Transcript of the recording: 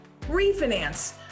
refinance